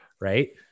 Right